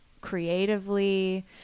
creatively